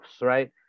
right